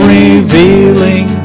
revealing